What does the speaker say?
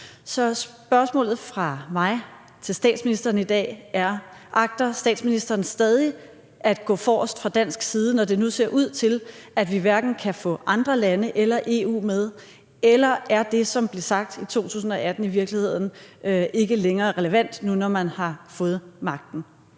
Så spørgsmålet fra mig til statsministeren i dag er: Agter statsministeren stadig at gå forrest fra dansk side, når det nu ser ud til, at vi hverken kan få andre lande eller EU med, eller er det, som blev sagt i 2018, i virkeligheden ikke længere relevant nu, når man har fået magten?